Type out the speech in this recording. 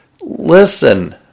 listen